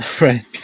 Right